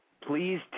Please